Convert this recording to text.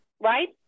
right